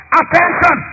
attention